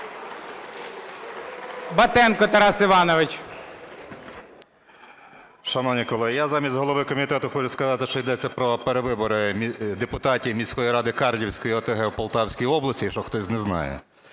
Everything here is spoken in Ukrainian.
БАТЕНКО Т.І. Шановні колеги, я замість голови комітету хочу сказати, що йдеться про перевибори депутатів міської ради Карлівської ОТГ в Полтавській області, якщо хтось не знає.